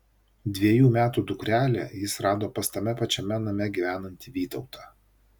dvejų metų dukrelę jis rado pas tame pačiame name gyvenantį vytautą